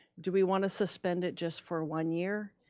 do we want to suspend it just for one year?